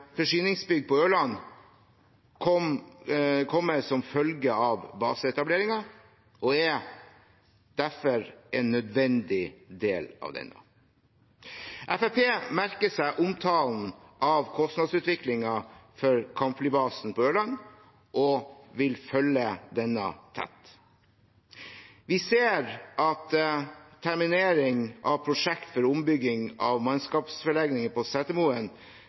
forsyningsbygg på Ørland kommer som følge av baseetableringen og er derfor en nødvendig del av denne. Fremskrittspartiet merker seg omtalen av kostnadsutviklingen for kampflybasen på Ørland og vil følge denne tett. Vi ser at terminering av prosjekt for ombygging av mannskapsforlegninger på